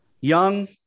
young